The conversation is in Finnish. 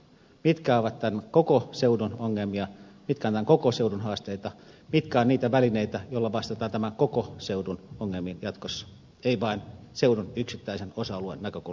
mitkä ovat tämän koko seudun ongelmia mitkä ovat tämän koko seudun haasteita mitkä ovat niitä välineitä joilla vastataan tämän koko seudun ongelmiin jatkossa ei vain seudun yksittäisen osa alueen näkökulmasta